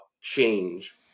change